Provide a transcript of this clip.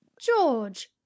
George